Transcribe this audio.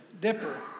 dipper